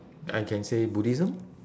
I can say buddhism